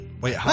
Wait